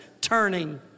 turning